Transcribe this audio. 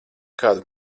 kādu